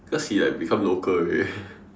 cause he like become local already